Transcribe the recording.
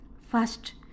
First